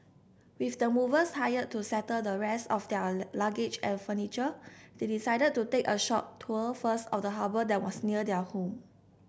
with the movers hired to settle the rest of their luggage and furniture they decided to take a short tour first of the harbour that was near their new home